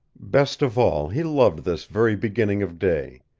best of all he loved this very beginning of day,